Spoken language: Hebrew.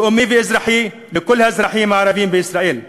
לאומי ואזרחי, לכל האזרחים הערבים בישראל,